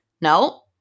no